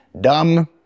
dumb